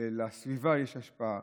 ולסביבה יש השפעה.